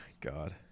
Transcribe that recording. God